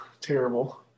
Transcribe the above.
Terrible